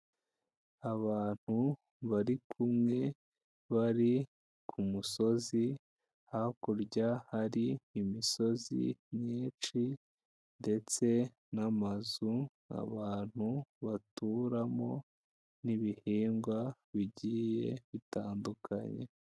Abantu bari kumwe bari ku musozi, hakurya hari imisozi myinshi ndetse n'amazu abantu baturamo n'ibihingwa bigiye bitandukanye.